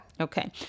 Okay